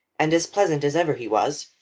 and as pleasant as ever he was.